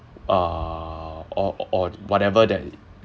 uh or or whatever that it